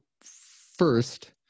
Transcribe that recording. first